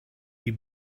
the